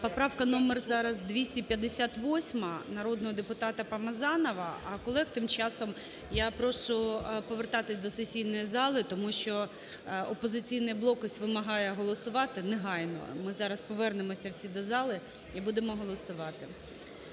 Поправка номер 258 народного депутата Помазанова. А колег тим часом я прошу повертатись до сесійної зали. Тому що "Опозиційний блок", ось, вимагає голосувати негайно. Ми зараз повернемося всі до зали і будемо голосувати